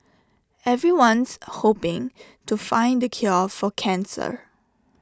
everyone's hoping to find the cure for cancer